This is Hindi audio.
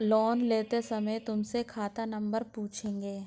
लोन लेते समय तुमसे खाता नंबर पूछेंगे